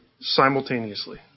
simultaneously